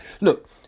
look